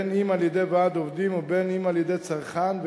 אם על-ידי ועד עובדים ואם על-ידי צרכן,